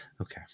Okay